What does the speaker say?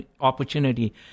opportunity